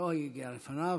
לא, היא הגיעה לפניו.